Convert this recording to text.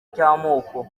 cy’amoko